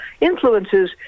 influences